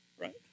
Right